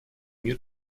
мир